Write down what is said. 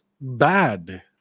bad